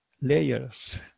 layers